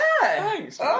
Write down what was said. Thanks